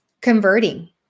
converting